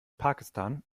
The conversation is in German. pakistan